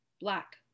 black